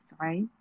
right